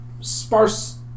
sparse